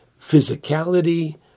physicality